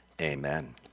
Amen